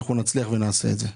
אנחנו נצליח ונעשה את זה.